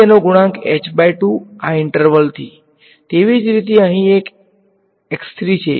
તેથી તેનો ગુણાંક આ ઈંટર્વલ થી હશે તેવી જ રીતે અહીં એક છે